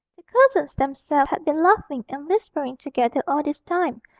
the cousins themselves had been laughing and whispering together all this time,